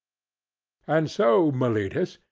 and so, meletus,